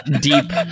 Deep